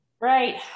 Right